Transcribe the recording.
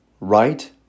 right